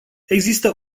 există